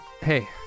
Hey